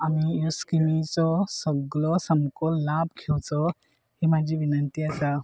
आमी ह्यो स्किमीचो सगलो सामको लाभ घेवचो ही म्हाजी विनंती आसा